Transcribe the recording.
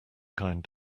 kind